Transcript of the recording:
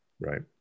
Right